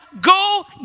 go